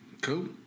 Cool